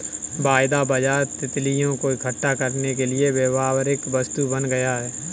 वायदा बाजार तितलियों को इकट्ठा करने के लिए व्यापारिक वस्तु बन गया